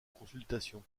consultation